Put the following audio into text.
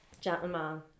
gentleman